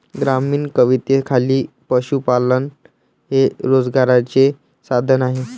ग्रामीण कवितेखाली पशुपालन हे रोजगाराचे साधन आहे